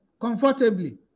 comfortably